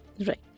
Right